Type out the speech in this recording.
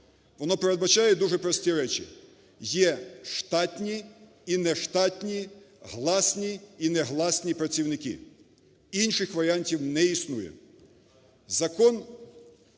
Воно передбачає дуже прості речі: є штатні і нештатні, гласні і негласні працівники. Інших варіанті не існує.